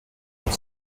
and